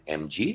mg